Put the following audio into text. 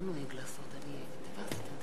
התשע"א 2011,